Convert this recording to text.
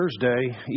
Thursday